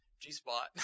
g-spot